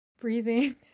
breathing